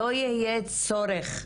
לא יהיה צורך,